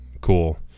Cool